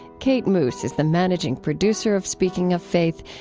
kate moos is the managing producer of speaking of faith,